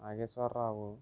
Nageswararao